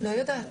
לא יודעת.